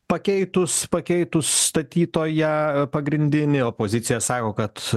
pakeitus pakeitus statytoją pagrindinė opozicija sako kad